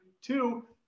Two